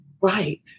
Right